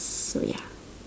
so ya